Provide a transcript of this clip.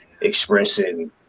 expressing